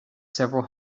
several